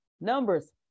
numbers